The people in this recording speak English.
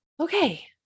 Okay